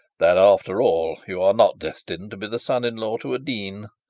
that, after all you are not destined to be the son-in-law to a dean.